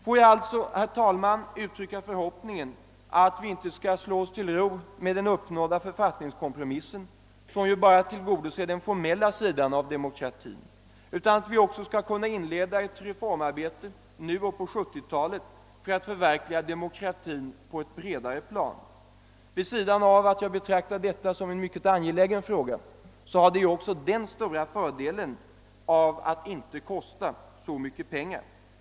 Får jag alltså, herr talman, uttrycka förhoppningen att vi inte skall slå oss till ro med den uppnådda författningskompromissen, söm bara tillgodoser den formella sidan av demokratin, utan att vi också nu och på 1970-talet skall kunna inleda ett reformarbete för att förverkliga demokratin på ett bredare plan. Denna fråga, som jag betraktar som mycket angelägen, har också den stora fördelar att den inte kostar så mycket pengar.